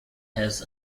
has